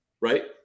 right